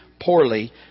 poorly